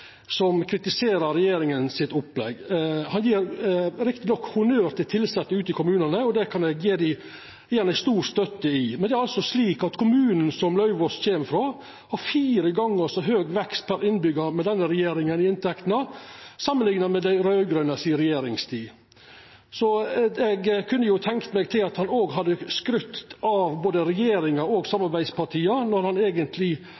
som kritiserer opplegget til regjeringa. Han gjev riktig nok honnør til tilsette ute i kommunane, og det kan eg gje han stor støtte i, men det er altså slik at kommunen som Lauvås kjem frå, har fire gonger så høg vekst i inntekter per innbyggjar med denne regjeringa samanlikna med i dei raud-grøne si regjeringstid. Eg kunne tenkt meg at han òg hadde skrytt av både regjeringa og samarbeidspartia når han eigentleg